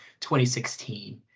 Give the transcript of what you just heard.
2016